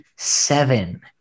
Seven